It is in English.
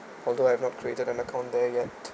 although I have not created an account there yet